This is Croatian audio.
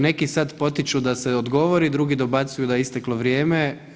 Neki sad potiču da se odgovori, drugi dobacuju da je isteklo vrijeme.